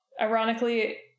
ironically